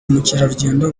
mukerarugendo